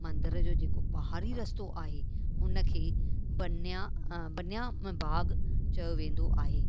मंदर जो जेको पहाड़ी रस्तो आहे हुन खे बन्या बन्या ॿाग चयो वेंदो आहे